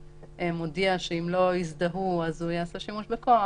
מודיע שאם לא יזדהו הוא יעשה שימוש בכוח,